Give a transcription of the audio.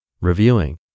Reviewing